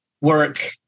work